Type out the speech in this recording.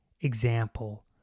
example